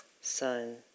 sun